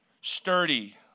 sturdy